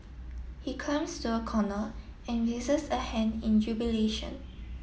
he climbs to a corner and raises a hand in jubilation